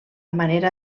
manera